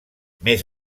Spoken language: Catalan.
més